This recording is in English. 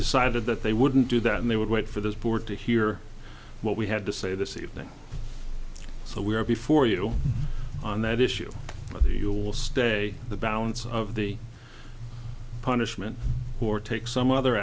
decided that they wouldn't do that and they would wait for this board to hear what we had to say this evening so we are before you on that issue of the you will stay the balance of the punishment who or take some other